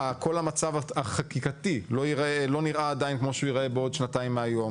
הכל המצב החקיקתי לא נראה עדיין כמו שהוא ייראה בעוד שנתיים מהיום.